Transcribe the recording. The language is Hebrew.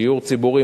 דיור ציבורי,